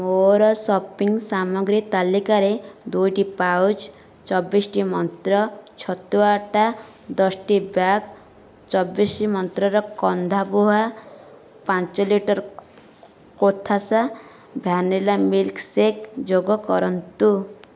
ମୋର ସପିଂ ସାମଗ୍ରୀ ତାଲିକାରେ ଦୁଇଟି ପାଉଚ୍ ଚବିଶଟି ମନ୍ତ୍ର ଛତୁଆ ଅଟା ଦଶଟି ବ୍ୟାଗ୍ ଚବିଶଟି ମନ୍ତ୍ରର କନ୍ଦା ପୋହା ଏବଂ ପାଞ୍ଚ ଲିଟର କୋଥାସ୍ ଭ୍ୟାନିଲା ମିଲ୍କ୍ଶେକ୍ ଯୋଗ କରନ୍ତୁ